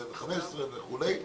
ב-15 וכו'.